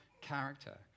character